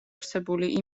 არსებული